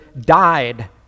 died